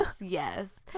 yes